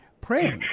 praying